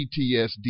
PTSD